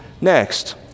Next